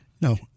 No